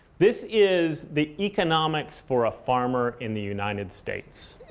this is the economics for a farmer in the united states.